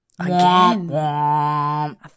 Again